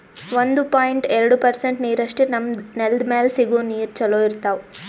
ಒಂದು ಪಾಯಿಂಟ್ ಎರಡು ಪರ್ಸೆಂಟ್ ನೀರಷ್ಟೇ ನಮ್ಮ್ ನೆಲ್ದ್ ಮ್ಯಾಲೆ ಸಿಗೋ ನೀರ್ ಚೊಲೋ ಇರ್ತಾವ